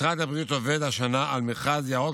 משרד הבריאות עובד השנה על מכרז ירוק